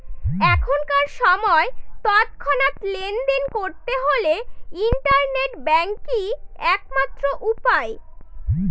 এখনকার সময় তৎক্ষণাৎ লেনদেন করতে হলে ইন্টারনেট ব্যাঙ্কই এক মাত্র উপায়